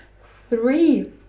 three